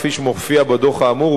כפי שמופיע בדוח האמור,